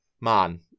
man